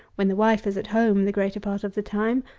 when the wife is at home the greater part of the time,